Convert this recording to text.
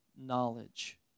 knowledge